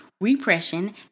Repression